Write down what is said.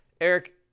Eric